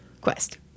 quest